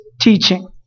teaching